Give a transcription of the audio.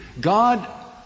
God